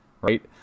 right